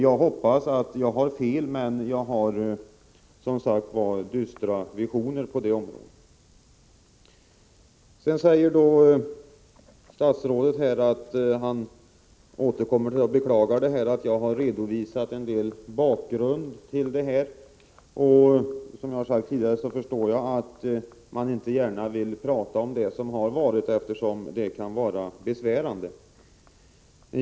Jag hoppas att jag har fel, men visionerna är som sagt dystra på detta område. Statsrådet beklagar återigen att jag har redovisat en del av bakgrunden till situationen. Som jag sagt tidigare förstår jag att man inte gärna vill prata om det som har varit, eftersom det kan vara besvärande.